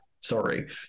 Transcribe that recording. Sorry